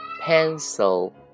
pencil